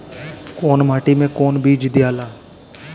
कौन माटी मे कौन बीज दियाला?